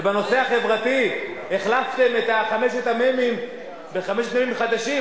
ובנושא החברתי החלפתם את חמשת המ"מים בחמשת מ"מים חדשים.